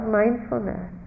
mindfulness